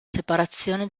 separazione